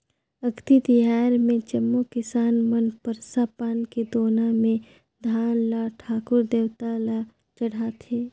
अक्ती तिहार मे जम्मो किसान मन परसा पान के दोना मे धान ल ठाकुर देवता ल चढ़ाथें